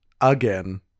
Again